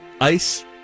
ice